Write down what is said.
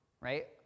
right